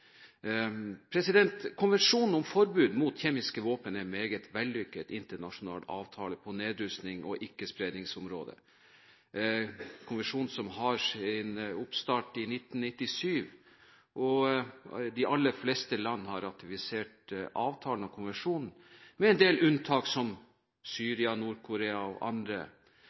Konvensjonen om forbud mot kjemiske våpen er en meget vellykket internasjonal avtale på nedrustnings- og ikke-spredningsområdet. Konvensjonen hadde sin oppstart i 1997, og de aller fleste land har ratifisert avtalen og konvensjonen. Med en del unntak som Syria, Nord-Korea og andre,